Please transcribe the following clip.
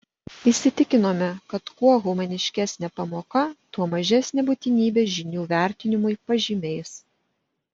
įsitikinome kad kuo humaniškesnė pamoka tuo mažesnė būtinybė žinių vertinimui pažymiais